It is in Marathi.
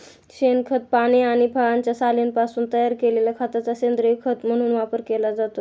शेणखत, पाने आणि फळांच्या सालींपासून तयार केलेल्या खताचा सेंद्रीय खत म्हणून वापर केला जातो